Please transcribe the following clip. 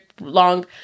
long